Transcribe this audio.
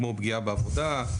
כמו פגיעה בעבודה,